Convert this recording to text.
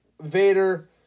Vader